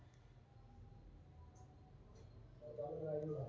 IBAN ಅಂದ್ರ ಅಂತಾರಾಷ್ಟ್ರೇಯ bank ಖಾತೆ ಸಂಖ್ಯಾ ಅದ